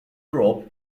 group